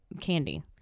candy